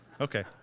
Okay